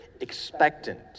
expectant